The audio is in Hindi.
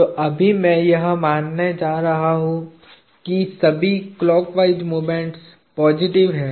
तो अभी मैं यह मानने जा रहा हूँ कि सभी क्लॉक वाइज़ मोमेंट्स पॉजिटिव हैं